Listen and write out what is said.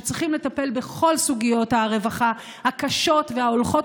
שצריכים לטפל בכל סוגיות הרווחה הקשות וההולכות